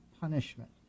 punishment